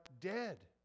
dead